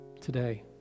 today